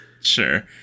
Sure